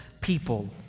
people